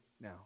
now